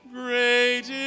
great